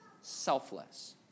selfless